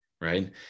Right